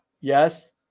yes